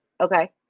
okay